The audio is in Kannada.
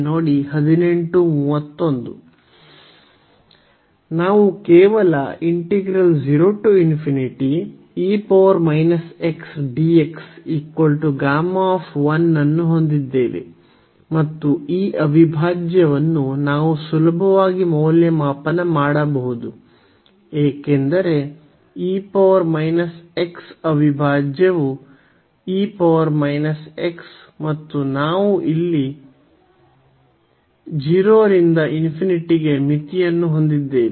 ನಾವು ಕೇವಲ ಅನ್ನು ಹೊಂದಿದ್ದೇವೆ ಮತ್ತು ಈ ಅವಿಭಾಜ್ಯವನ್ನು ನಾವು ಸುಲಭವಾಗಿ ಮೌಲ್ಯಮಾಪನ ಮಾಡಬಹುದು ಏಕೆಂದರೆ ಅವಿಭಾಜ್ಯವು ಮತ್ತು ನಾವು ಇಲ್ಲಿ 0 ರಿಂದ ಗೆ ಮಿತಿಯನ್ನು ಹೊಂದಿದ್ದೇವೆ